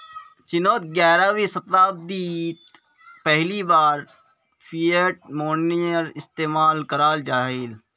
चिनोत ग्यारहवीं शाताब्दित पहली बार फ़िएट मोनेय्र इस्तेमाल कराल गहिल